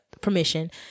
permission